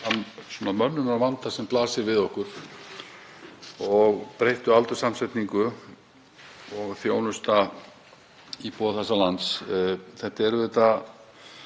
mönnunarvanda sem blasir við okkur og breytta aldurssamsetningu og þjónusta íbúa þessa lands. Þetta eru allt